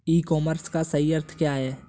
ई commerce का सही अर्थ क्या है?